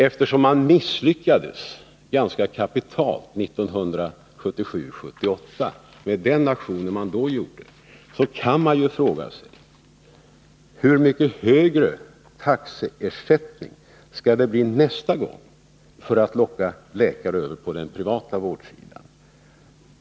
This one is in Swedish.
Eftersom man misslyckades ganska kapitalt 1978/79 med den aktion man då gjorde, kan man fråga sig: Hur mycket högre taxeersättning skall det bli nästa gång för att locka läkare över till den privata vårdsidan?